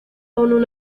con